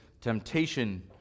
temptation